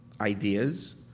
ideas